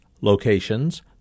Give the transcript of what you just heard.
Locations